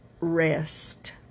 rest